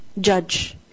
judge